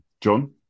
John